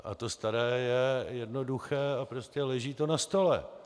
A to staré je jednoduché a prostě leží to na stole.